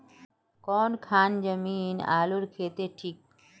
कौन खान जमीन आलूर केते ठिक?